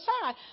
side